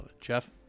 Jeff